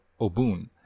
Obun